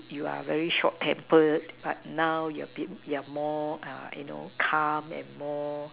you are very short tempered but now you are be you are more uh you know calm and more